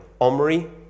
Omri